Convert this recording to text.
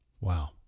Wow